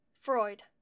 Freud